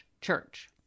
church